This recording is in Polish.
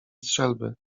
strzelby